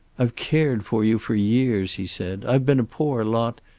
i've cared for you for years, he said. i've been a poor lot,